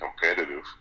competitive